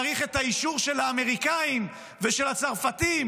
צריך את האישור של האמריקאים ושל הצרפתים,